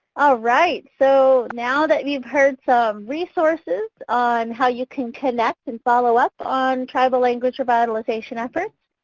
ah right, so now that we've heard some resources on how you can connect and follow-up on tribal language revitalization efforts,